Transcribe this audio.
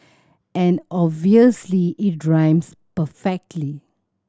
and obviously it rhymes perfectly